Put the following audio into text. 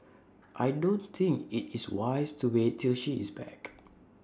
I don't think IT is wise to wait till she is back